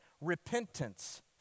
repentance